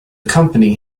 company